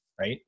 right